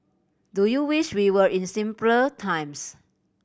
do you wish we were in simpler times